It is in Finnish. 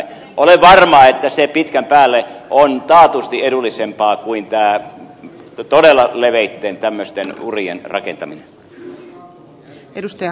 olen varma että se pitkän päälle on taatusti edullisempaa kuin tämä todella leveitten tämmöisten urien rakentaminen